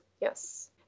Yes